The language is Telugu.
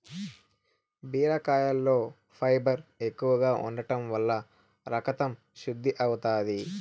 బీరకాయలో ఫైబర్ ఎక్కువగా ఉంటం వల్ల రకతం శుద్ది అవుతాది